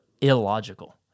illogical